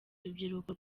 urubyiruko